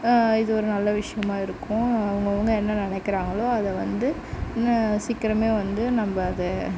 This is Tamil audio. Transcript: இது ஒரு நல்ல விஷயமாக இருக்கும் அவங்கவங்க என்ன நினைக்கிறாங்களோ அதை வந்து இன்னும் சீக்கிரமே வந்து நம்ப அது